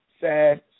sad